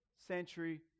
century